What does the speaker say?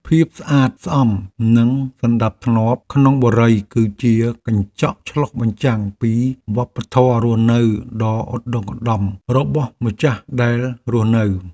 ភាពស្អាតស្អំនិងសណ្តាប់ធ្នាប់ក្នុងបុរីគឺជាកញ្ចក់ឆ្លុះបញ្ចាំងពីវប្បធម៌រស់នៅដ៏ឧត្តុង្គឧត្តមរបស់ម្ចាស់ដែលរស់នៅ។